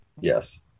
Yes